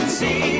see